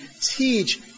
teach